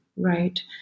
Right